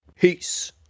Peace